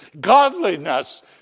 godliness